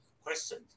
question